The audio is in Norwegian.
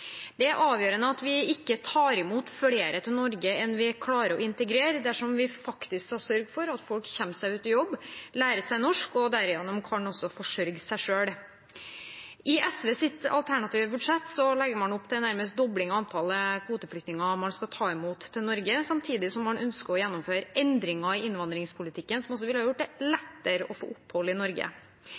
Det er avgjørende at vi ikke tar imot flere til Norge enn vi klarer å integrere, dersom vi skal sørge for at folk kommer seg ut i jobb, lærer seg norsk og derigjennom også kan forsørge seg selv. I SVs alternative budsjett legger man opp til nærmest en dobling av antallet kvoteflyktninger man skal ta imot i Norge, samtidig som man ønsker å gjennomføre endringer i innvandringspolitikken, som også ville gjort det lettere å få opphold i Norge.